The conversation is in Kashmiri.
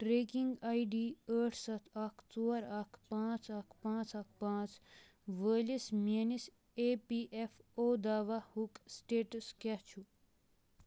ٹریکنگ آیۍ ڈی ٲٹھ سَتھ اکھ ژور اکھ پانژھ اکھ پانژھ اکھ پانژھ وٲلِس میٲنِس اے پی ایٚف او دواہ ہُک سٹیٹس کیٛاہ چھُ